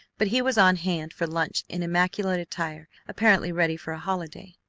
but he was on hand for lunch in immaculate attire, apparently ready for a holiday.